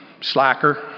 slacker